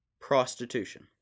prostitution